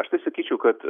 aš tai sakyčiau kad